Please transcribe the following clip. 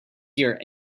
here